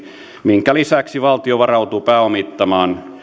minkä lisäksi valtio varautuu pääomittamaan